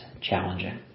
challenging